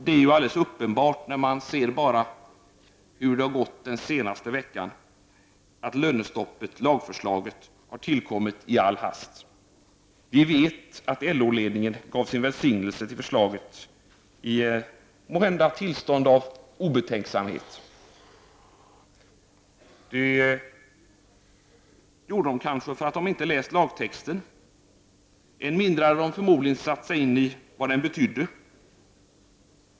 Det är alldeles uppenbart, när man ser hur det har gått bara den senaste veckan, att lagförslaget om lönestopp har tillkommit i all hast. Vi vet att LO-ledningen gav sin välsignelse till förslaget, måhända i ett tillstånd av obetänksamhet. Det gjorde man kanske för att man inte hade läst lagtexten. Än mindre hade man förmodligen satt sig in i vad den betydde.